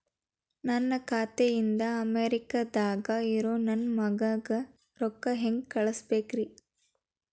ನನ್ನ ಖಾತೆ ಇಂದ ಅಮೇರಿಕಾದಾಗ್ ಇರೋ ನನ್ನ ಮಗಗ ರೊಕ್ಕ ಹೆಂಗ್ ಕಳಸಬೇಕ್ರಿ?